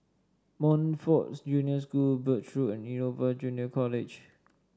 Montfort Junior School Birch Road and Innova Junior College